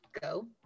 Go